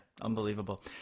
unbelievable